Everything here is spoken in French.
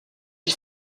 ils